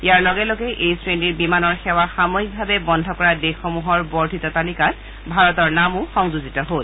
ইয়াৰ লগে লগে এই শ্ৰেণীৰ বিমানৰ সেৱা সাময়িকভাৱে বন্ধ কৰা দেশসমূহৰ বৰ্ধিত তালিকাত ভাৰতৰ নামো সংযোজিত হ'ল